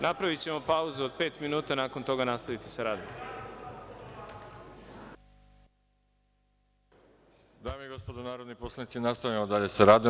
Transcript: Napravićemo pauzu od pet minuta i nakon toga nastaviti sa radom. [[Posle pauze]] Dame i gospodo narodni poslanici, nastavljamo dalje sa radom.